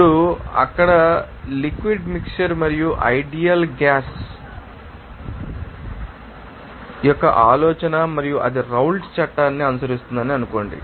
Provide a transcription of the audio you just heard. ఇప్పుడు అక్కడ liquid mixture మరియు ఐడియల్ గ్యాస్ యొక్క ఆలోచన మరియు అది రౌల్ట్ చట్టాన్ని అనుసరిస్తుందని అనుకోండి